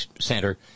Center